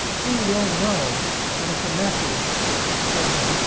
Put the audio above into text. he will know that it's a message for him.